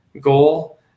goal